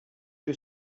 que